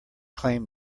claim